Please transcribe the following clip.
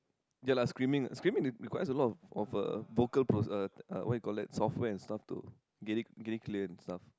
ya lah screaming screaming requires a lot of of uh vocals pros~ uh uh what you call that software and stuff too get it get it clear and stuff